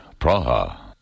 Praha